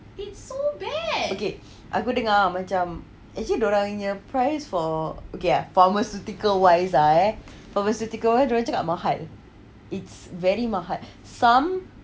okay aku dengar macam actually dorang nya price for okay pharmaceutical wise lah ya pharmaceutical wise dorang cakap mahal it's very mahal some